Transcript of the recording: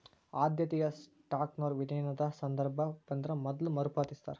ಆದ್ಯತೆಯ ಸ್ಟಾಕ್ನೊರ ವಿಲೇನದ ಸಂದರ್ಭ ಬಂದ್ರ ಮೊದ್ಲ ಮರುಪಾವತಿಸ್ತಾರ